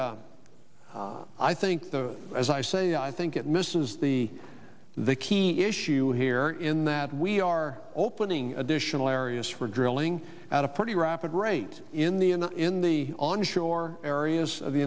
think the as i say i think it misses the the key issue here in that we are opening additional areas for drilling at a pretty rapid rate in the in the in the onshore areas of the